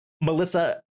melissa